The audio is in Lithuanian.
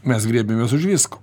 mes griebiamės už visko